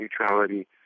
neutrality